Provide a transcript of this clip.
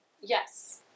yes